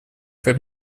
как